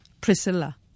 Priscilla